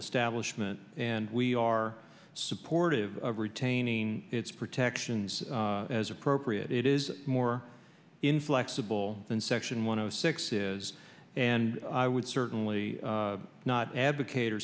establishment and we are supportive of retaining its protections as appropriate it is more inflexible than section one zero six is and i would certainly not advocate